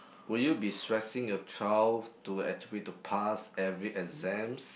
will you be stressing your child to actually to pass every exams